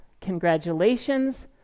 congratulations